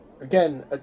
again